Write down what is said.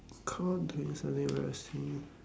caught doing something embarrassing